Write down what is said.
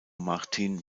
martin